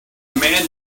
man